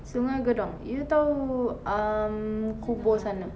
sungei gedong you tahu um kubur sana